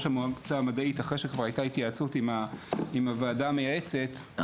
המועצה המדעית אחרי שכבר הייתה התייעצות עם הוועדה המייעצת,